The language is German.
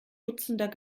dutzender